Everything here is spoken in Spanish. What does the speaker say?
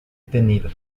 tenido